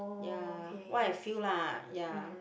ya what I feel lah ya